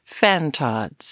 fantods